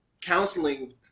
counseling